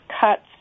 cuts